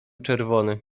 czerwony